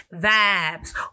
vibes